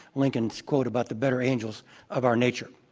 lincoln's quote about the better angels of our nature.